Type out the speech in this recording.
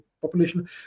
population